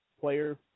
player